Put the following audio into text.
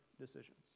decisions